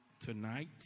tonight